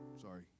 sorry